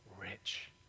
rich